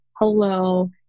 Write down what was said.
hello